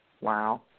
Wow